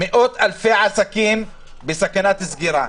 מאות אלפי עסקים בסכנת סגירה.